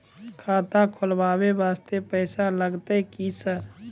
खाता खोलबाय वास्ते पैसो लगते की सर?